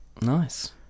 Nice